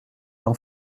d’en